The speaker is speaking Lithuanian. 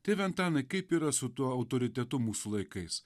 tėve antanai kaip yra su tuo autoritetu mūsų laikais